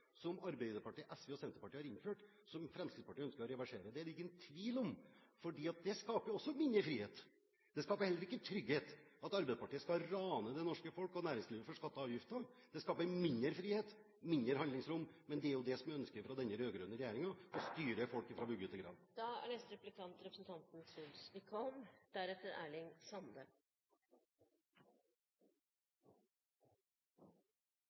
som Arbeiderpartiet, SV og Senterpartiet har innført, som Fremskrittspartiet ønsker å reversere. Det er det ingen tvil om, for det skaper også mindre frihet. Det skaper heller ikke trygghet at Arbeiderpartiet skal rane det norske folk og næringslivet med skatter og avgifter. Det skaper mindre frihet og mindre handlingsrom. Men det er jo det som er ønsket fra denne rød-grønne regjeringen: å styre folket fra vugge til